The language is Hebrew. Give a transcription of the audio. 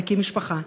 להקים משפחה.